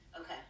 okay